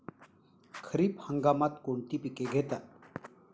खरीप हंगामात कोणती पिके घेतात?